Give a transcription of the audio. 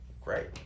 great